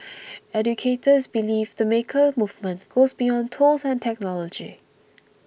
educators believe the maker movement goes beyond tools and technology